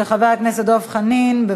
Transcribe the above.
של חבר הכנסת דב חנין: הצעת חוק לתיקון פקודת